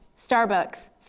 Starbucks